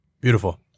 Beautiful